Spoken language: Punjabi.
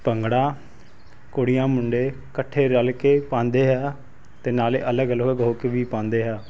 ਭੰਗੜਾ ਕੁੜੀਆਂ ਮੁੰਡੇ ਇਕੱਠੇ ਰਲ ਕੇ ਪਾਉਂਦੇ ਆ ਅਤੇ ਨਾਲੇ ਅਲੱਗ ਅਲੱਗ ਹੋ ਕੇ ਵੀ ਪਾਉਂਦੇ ਆ